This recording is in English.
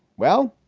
well,